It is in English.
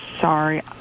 sorry